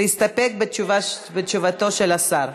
להסתפק בתשובתו של השר.